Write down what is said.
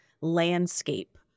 landscape